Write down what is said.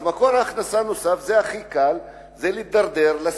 אז מקור הכנסה נוסף הכי קל זה סמים,